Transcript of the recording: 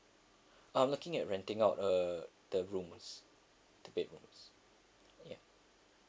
I'm looking at renting out uh the rooms the bedrooms yeah